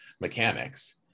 mechanics